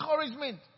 encouragement